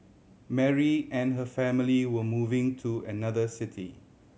Mary and her family were moving to another city